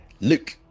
Luke